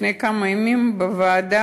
לפני כמה ימים בוועדה,